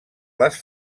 les